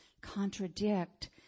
contradict